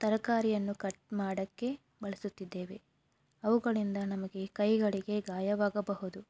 ತರಕಾರಿಯನ್ನು ಕಟ್ ಮಾಡೋಕೆ ಬಳಸುತ್ತಿದ್ದೇವೆ ಅವುಗಳಿಂದ ನಮಗೆ ಕೈಗಳಿಗೆ ಗಾಯಾವಾಗಬಹುದು